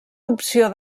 opció